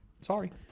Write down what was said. sorry